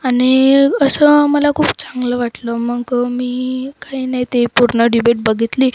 आणि असं मला खूप चांगलं वाटलं मग मी काही नाही ते पूर्ण डिबेट बघितली